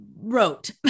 wrote